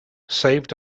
saved